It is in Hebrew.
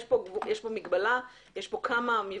יש כמה מבנים